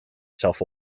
self